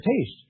taste